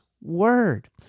word